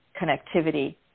connectivity